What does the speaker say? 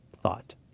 thought